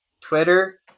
Twitter